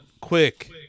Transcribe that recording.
quick